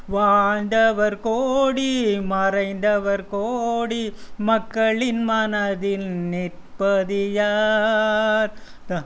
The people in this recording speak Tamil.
வாழ்ந்தவர் கோடி மறைந்தவர் கோடி மக்களின் மனதில் நிற்பது யார் ரா